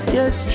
Yes